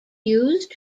used